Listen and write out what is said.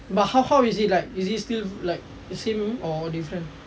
but how how is he like is he still like it's him or different